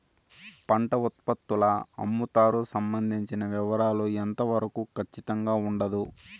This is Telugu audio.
పంట ఉత్పత్తుల అమ్ముతారు సంబంధించిన వివరాలు ఎంత వరకు ఖచ్చితంగా ఉండదు?